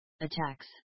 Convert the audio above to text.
Attacks